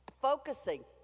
focusing